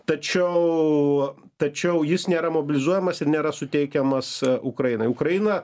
tačiau tačiau jis nėra mobilizuojamas ir nėra suteikiamas ukrainai ukraina